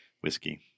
whiskey